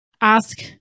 ask